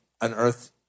unearth